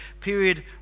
period